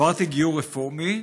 עברתי גיור רפורמי,